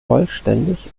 vollständig